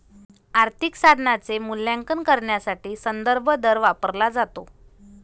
आर्थिक साधनाचे मूल्यांकन करण्यासाठी संदर्भ दर वापरला जातो